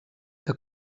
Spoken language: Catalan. que